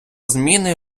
зміни